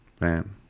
man